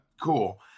cool